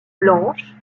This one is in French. blanche